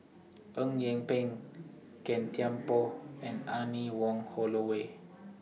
Eng Yee Peng Gan Thiam Poh and Anne Wong Holloway